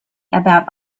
about